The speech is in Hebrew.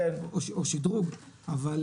או שדרוג,